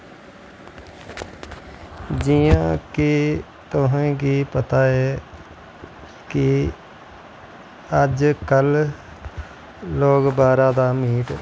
जियां कि तुसेंगी पता ऐ कि अज्ज कल लोग बाह्रा दा मीट